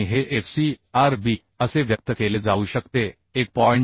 आणि हे f c r b असे व्यक्त केले जाऊ शकते 1